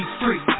free